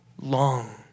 long